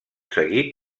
seguit